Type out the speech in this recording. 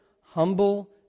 humble